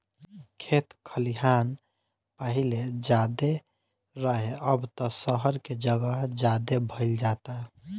खेत खलिहान पाहिले ज्यादे रहे, अब त सहर के जगह ज्यादे भईल जाता